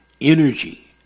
energy